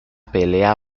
pelea